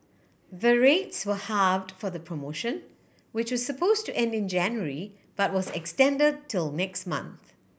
the rates were halved for the promotion which was suppose to end in January but was extended till next month